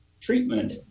treatment